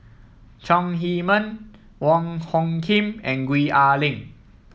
Chong Heman Wong Hung Khim and Gwee Ah Leng